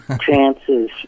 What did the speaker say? chances